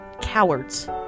cowards